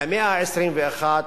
במאה ה-21,